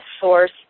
source